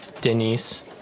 Denise